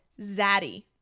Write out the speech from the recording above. Zaddy